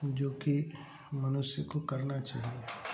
जो कि मनुष्य को करना चाहिए